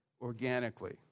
organically